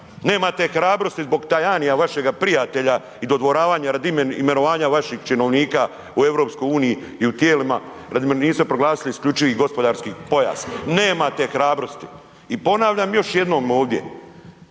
nemate hrabrosti zbog Tajanija vašega prijatelja i dodvoravanja radi imenovanja vaših činovnika u EU i u tijelima niste proglasili isključivi gospodarski pojas, nemate hrabrosti. I ponavljam još jednom ovdje,